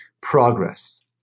progress